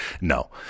No